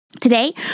Today